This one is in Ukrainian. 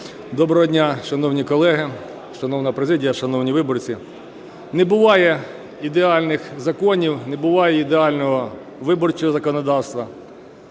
Доброго дня, шановні колеги, шановна президія, шановні виборці! Не буває ідеальних законів. Не буває ідеального виборчого законодавства.